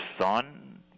son